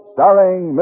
Starring